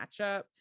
matchup